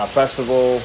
festival